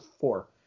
four